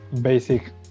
basic